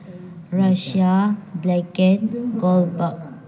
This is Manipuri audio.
ꯔꯁꯤꯌꯥ ꯕ꯭ꯂꯦꯛꯀꯦꯟ ꯒꯣꯜ ꯕꯛ